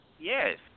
Yes